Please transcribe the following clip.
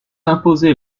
imposé